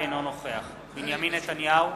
אינו נוכח בנימין נתניהו,